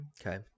Okay